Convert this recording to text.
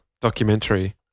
documentary